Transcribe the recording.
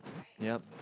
ya